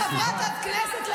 חברת הכנסת,